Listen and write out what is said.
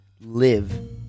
live